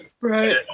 Right